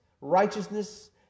righteousness